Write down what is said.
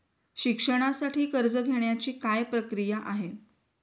शिक्षणासाठी कर्ज घेण्याची काय प्रक्रिया आहे?